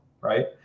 right